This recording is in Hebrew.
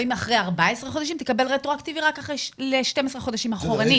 ואם אחרי 14 חודשים תקבל רטרו-אקטיבי רק ל-12 חודשים אחורנית.